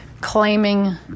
claiming